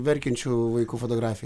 verkiančių vaikų fotografiją